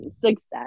success